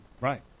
Right